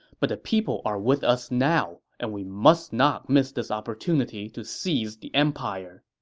but the people are with us now, and we must not miss this opportunity to seize the empire.